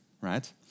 right